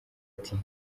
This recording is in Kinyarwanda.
ati